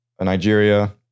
Nigeria